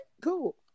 cool